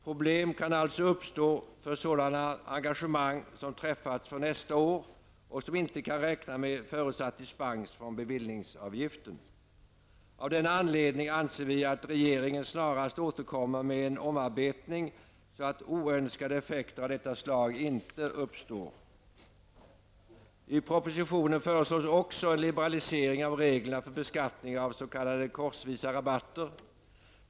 Problem kan alltså uppstå för sådana engagemang som träffats för nästa år och för vilka man inte kan räkna med förutsatt dispens för bevillningsavgiften. Av denna anledning anser vi att regeringen snarast bör återkomma med en omarbetning, så att oönskade effekter av detta slag inte uppstår. I propositionen föreslås också en liberalisering av reglerna för beskattning av s.k. korsvisa rabatter.